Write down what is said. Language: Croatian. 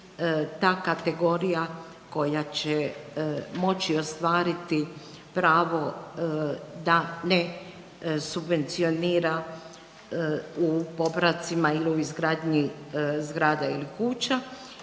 ta kategorija koja će moći ostvariti pravo da ne subvencionira u popravcima ili u izgradnji zgrada ili kuća.